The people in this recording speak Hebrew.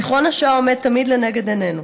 זיכרון השואה עומד תמיד לנגד עינינו.